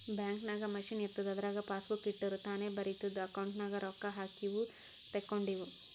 bank ನಾಗ್ machine ಇರ್ತುದ್ ಅದುರಾಗ್ ಪಾಸಬುಕ್ ಇಟ್ಟುರ್ ತಾನೇ ಬರಿತುದ್ ಅಕೌಂಟ್ ನಾಗ್ ರೊಕ್ಕಾ ಹಾಕಿವು ತೇಕೊಂಡಿವು